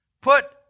put